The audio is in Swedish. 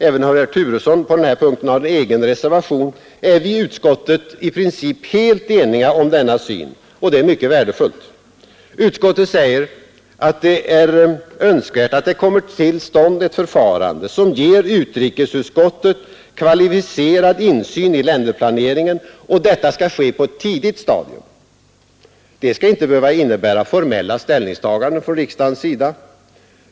Även om herr Turesson på den här punkten har en egen reservation, är vi i utskottet i princip helt eniga om denna syn, och det är mycket värdefullt. Utskottet säger att det är önskvärt att det kommer till ett förfarande som ger utrikesutskottet kvalificerad insyn i länderplaneringen, och detta skall ske på ett tidigt stadium. Det skall inte behöva innebära formella ställningstaganden från riksdagens sida.